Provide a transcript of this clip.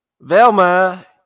Velma